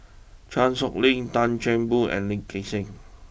Chan Sow Lin Tan Chan Boon and Lee Gek Seng